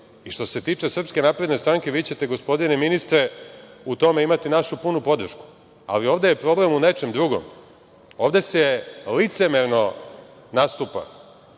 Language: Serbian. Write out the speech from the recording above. se tiče SNS, vi ćete gospodine ministre u tome imati našu punu podršku, ali ovde je problem u nečem drugom. Ovde se licemerno nastupa.